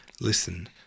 Listen